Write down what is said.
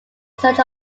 search